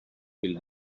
hill